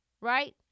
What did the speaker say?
Right